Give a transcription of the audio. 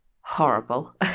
horrible